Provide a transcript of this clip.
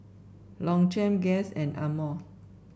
Longchamp Guess and Amore